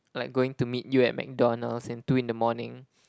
like going to meet you at MacDonald's in two in the morning